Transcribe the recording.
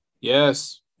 yes